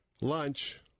lunch